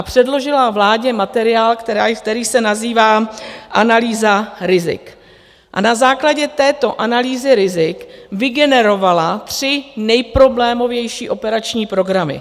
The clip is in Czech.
Předložil vládě materiál, který se nazývá analýza rizik, a na základě této analýzy rizik vygeneroval tři nejproblémovější operační programy.